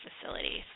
facilities